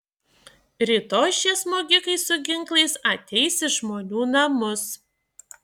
rytoj šie smogikai su ginklais ateis į žmonių namus